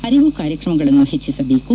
ಅರಿವು ಕಾರ್ಯಕ್ರಮಗಳನ್ನು ಹೆಚ್ಚಿಸಬೇಕು